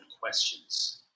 questions